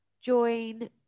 join